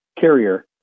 Carrier